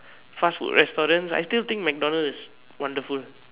fast food restaurants I still think McDonalds is wonderful